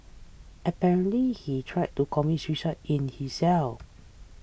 apparently he tried to commit suicide in his cell